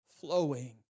flowing